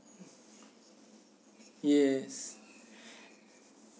yes